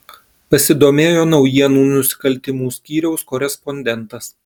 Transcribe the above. pasidomėjo naujienų nusikaltimų skyriaus korespondentas